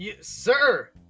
Sir